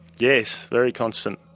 yes, very constant.